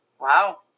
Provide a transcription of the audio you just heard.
Wow